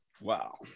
wow